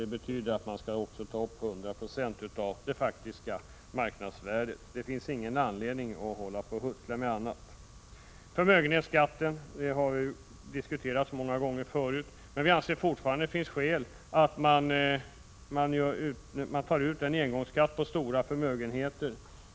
Det betyder att man också skall ta upp 100 96 av det faktiska marknadsvärdet. Det finns ingen anledning att hålla på att huttla med annat. Förmögenhetsskatten har vi diskuterat många gånger förut. Vi anser dock fortfarande att det finns skäl till att ta ut en engångsskatt på stora förmögenheter.